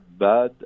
bad